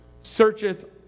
searcheth